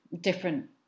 different